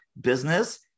business